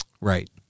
Right